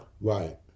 right